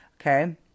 Okay